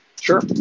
Sure